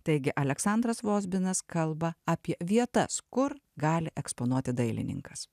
taigi aleksandras vozbinas kalba apie vietas kur gali eksponuoti dailininkas